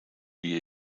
wie